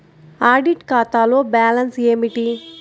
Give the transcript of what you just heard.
Audit ఖాతాలో balance ఏమిటీ?